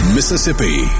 Mississippi